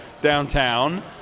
downtown